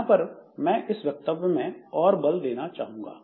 यहां पर मैं इस वक्तव्य में और बल देना चाहूंगा